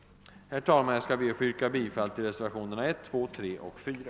Herr talman! Jag ber att få yrka bifall till reservationerna 1, 2, 3 och 4.